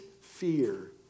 fear